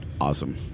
Awesome